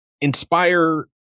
inspire